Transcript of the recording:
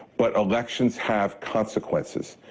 but elections have consequences,